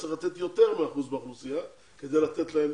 היה צריך לתת יותר מהאחוז באוכלוסייה כדי לתת להם